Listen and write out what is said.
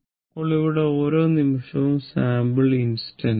ഇപ്പോൾ ഇവിടെ ഓരോ നിമിഷവും സാമ്പിൾ ഇൻസ്റ്റന്റ് ആണ്